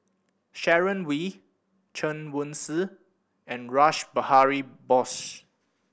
Sharon Wee Chen Wen Hsi and Rash Behari Bose